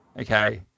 Okay